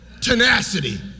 tenacity